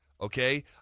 okay